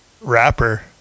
rapper